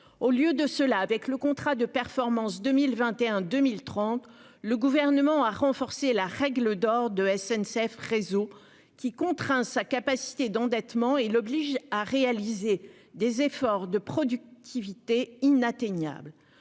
Au lieu de cela avec le contrat de performance. 2021 2030. Le gouvernement a renforcé la règle d'or de SNCF réseau qui contraint sa capacité d'endettement et l'oblige à réaliser des efforts de productivité inatteignable.